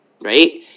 right